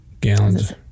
gallons